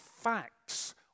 facts